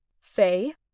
Faye